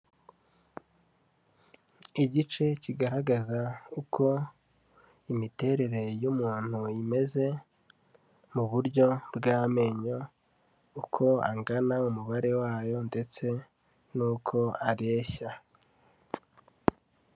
Igice kigaragaza uko imiterere y'umuntu imeze mu buryo bw'amenyo, uko angana, umubare wayo ndetse n'uko areshya.